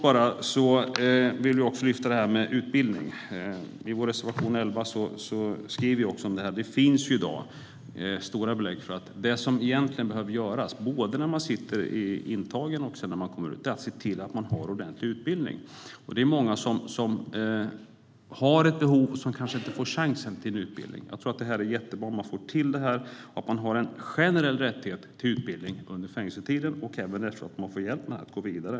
Vi vill också kort lyfta fram detta med utbildning. I vår reservation 11 skriver vi om det. Det finns i dag stora belägg för att det som egentligen behöver göras både när människor sitter intagna och när de kommer ut är att se till att de har ordentlig utbildning. Det är många som har ett behov och som kanske inte får chansen till en utbildning. Det vore jättebra om man får till det så att människor har en generell rättighet till utbildning under fängelsetiden och att de även efteråt får hjälp att gå vidare.